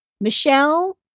Michelle